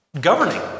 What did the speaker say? governing